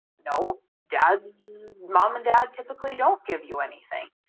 no, dad's mom and dad typically don't give you anything.